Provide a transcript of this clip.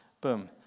boom